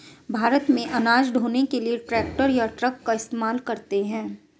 भारत में अनाज ढ़ोने के लिए ट्रैक्टर या ट्रक का इस्तेमाल करते हैं